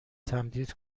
تمدید